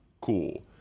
cool